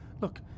Look